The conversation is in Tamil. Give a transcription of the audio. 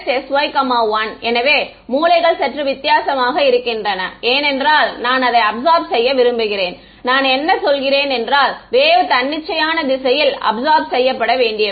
sxsy1 எனவே மூலைகள் சற்று வித்தியாசமாக இருக்கின்றன ஏனென்றால் நான் அதை அப்சார்ப் செய்ய விரும்புகிறேன் நான் என்ன சொல்கின்றேன் என்றால் வேவ் தன்னிச்சையான திசையில் அப்சார்ப் செய்யப்பட வேண்டிவை